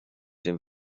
dem